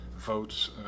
votes